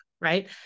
right